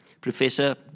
Professor